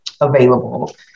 available